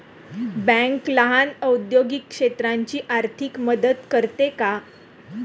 Bank लहान औद्योगिक क्षेत्राची आर्थिक मदत करते का?